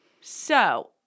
So-